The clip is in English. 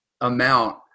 amount